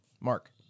Mark